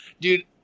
Dude